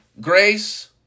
grace